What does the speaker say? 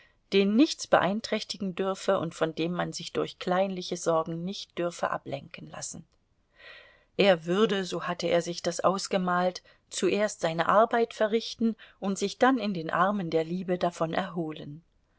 den nichts beeinträchtigen dürfe und von dem man sich durch kleinliche sorgen nicht dürfe ablenken lassen er würde so hatte er sich das ausgemalt zuerst seine arbeit verrichten und sich dann in den armen der liebe davon erholen